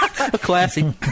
Classy